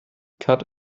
cut